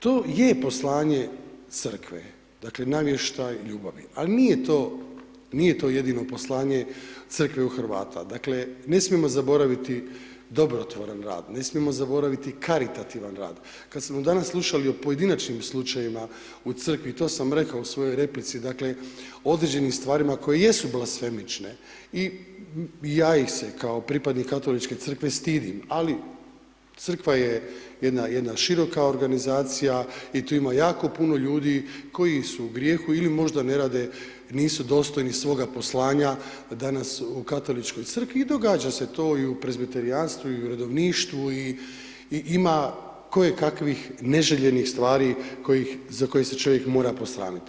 To je poslanje Crkve, dakle navještaj ljubavi ali nije to jedino poslanje Crkve u Hrvata, dakle ne smijemo zaboraviti dobrotvoran rad, ne smijemo zaboraviti karitativan rad, kad smo danas slušali o pojedinačnim slučajevima u Crkvi, to sam rekao u svojoj replici, dakle o određenim stvarima koje su blasfemične i ja ih se kao pripadnik Katoličke crkve stidim ali Crkva je jedna široka organizacija i tu ima jako puno ljudi koji su u grijehu ili možda ne rade, nisu dostojni svoga poslanja danas u Katoličkoj crkvi i događa se to i u prezbiterijanstvu i u redovništvu i ima kojekakvih neželjenih stvari za koje se čovjek mora posramiti.